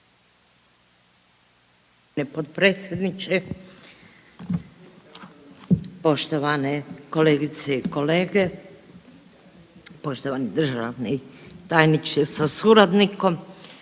potpredsjedniče, poštovane kolegice i kolege, poštovani državni tajniče sa suradnikom.